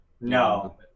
No